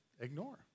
ignore